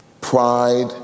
Pride